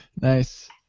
Nice